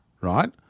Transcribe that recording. Right